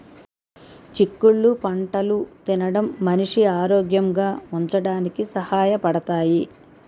చిక్కుళ్ళు పంటలు తినడం మనిషి ఆరోగ్యంగా ఉంచడానికి సహాయ పడతాయి